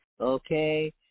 okay